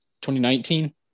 2019